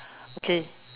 okay